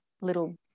little